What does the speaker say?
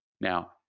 Now